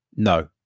No